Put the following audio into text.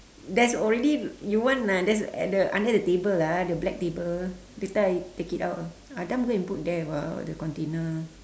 there's already you want ah there's at the under the table lah the black table later I take it out ah Adam go and put there [what] the container